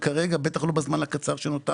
בטח לא בזמן הקצר שנותר לנו.